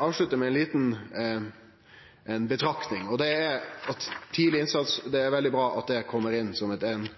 avslutte med ei betraktning. Tidleg innsats er veldig bra, og det kjem på ein måte inn som det første punktet i denne planen. Men som